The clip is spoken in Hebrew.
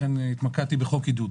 לכן התמקדתי בחוק עידוד.